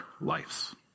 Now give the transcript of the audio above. lives